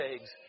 eggs